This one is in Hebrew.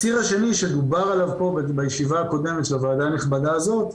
הציר השני שדובר עליו פה בישיבה הקודמת של הועדה הנכבדה הזאת,